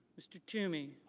mr. toomey.